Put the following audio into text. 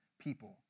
people